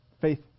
Faith